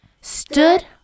stood